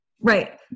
Right